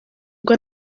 ubwo